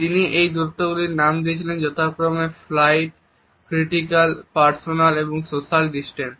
তিনি এই দূরত্বগুলির নাম দিয়েছিলেন যথাক্রমে ফ্লাইট ক্রিটিকাল পার্সোনাল এবং সোশ্যাল ডিসটেন্স